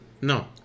No